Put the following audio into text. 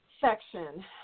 section